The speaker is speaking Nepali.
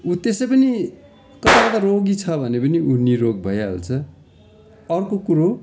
ऊ त्यसै पनि कता कता रोगी छ भने पनि ऊ निरोग भइहाल्छ अर्को कुरो